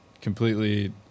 completely